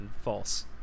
false